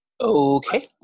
Okay